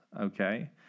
okay